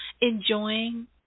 enjoying